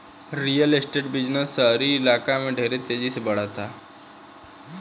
real estate business शहरी इलाका में ढेर तेजी से बढ़ता